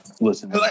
Listen